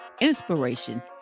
inspiration